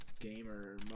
Gamer